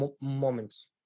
moments